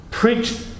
Preach